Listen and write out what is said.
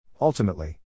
Ultimately